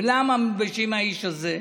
למה אנו מתביישים מהאיש הזה?